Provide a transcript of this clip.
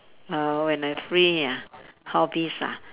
err when I free ah hobbies ah